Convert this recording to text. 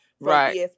right